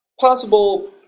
possible